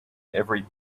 every